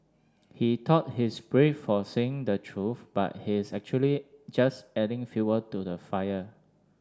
he thought he's brave for saying the truth but he's actually just adding fuel to the fire